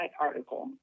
article